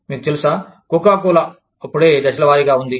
మీకు తెలుసా కోకాకోలా అప్పుడే దశలవారీగా ఉంది